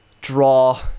draw